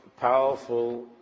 powerful